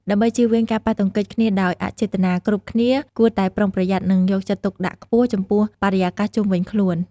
ដើម្បីជៀសវាងការប៉ះទង្គិចគ្នាដោយអចេតនា គ្រប់គ្នាគួរតែប្រុងប្រយ័ត្ន និងយកចិត្តទុកដាក់ខ្ពស់ចំពោះបរិយាកាសជុំវិញខ្លួន។